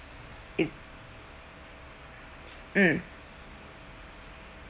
it mm